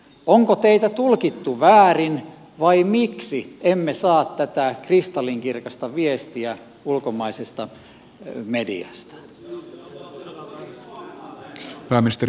onko teitä tulkittu väärin vai miksi emme saa tätä kristallinkirkasta viestiä ulkomaisesta mediasta